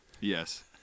Yes